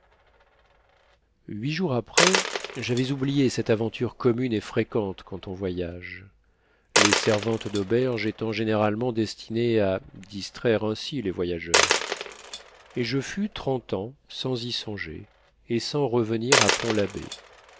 huit jours après j'avais oublié cette aventure commune et fréquente quand on voyage les servantes d'auberge étant généralement destinées à distraire ainsi les voyageurs et je fus trente ans sans y songer et sans revenir à pont labbé